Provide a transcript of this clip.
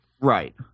Right